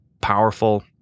powerful